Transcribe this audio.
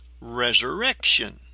resurrection